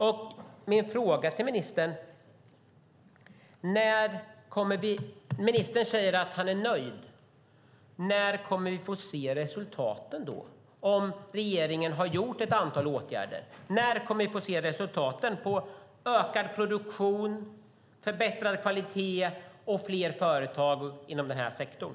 Ministern säger att han är nöjd. Då är min fråga till ministern: När kommer vi att få se resultat, om nu regeringen har vidtagit ett antal åtgärder? När kommer vi att få se resultat i form av ökad produktion, förbättrad kvalitet och fler företag inom den här sektorn?